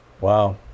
Wow